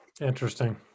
Interesting